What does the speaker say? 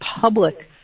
public